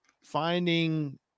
finding